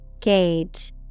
Gauge